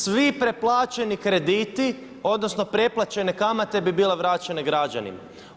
Svi preplaćeni krediti odnosno preplaćene kamate bi bile vraćene građanima.